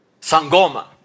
Sangoma